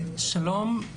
שלום.